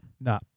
No